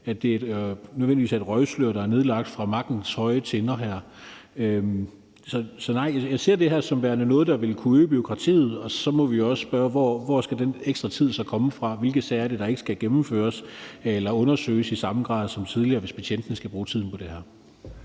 at det nødvendigvis er et røgslør, der er lagt ud over det fra magtens høje tinder. Så nej, jeg ser det her som værende noget, der vil kunne øge bureaukratiet, og så må vi jo også spørge: Hvor skal den ekstra tid så komme fra? Hvilke sager er det, der ikke skal gennemføres eller undersøges i samme grad som tidligere, hvis betjentene skal bruge tiden på det her?